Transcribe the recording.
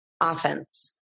offense